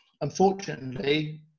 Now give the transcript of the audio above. unfortunately